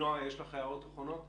נועה יש לך הערות אחרונות?